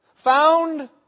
Found